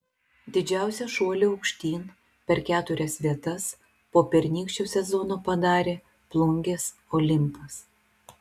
didžiausią šuolį aukštyn per keturias vietas po pernykščio sezono padarė plungės olimpas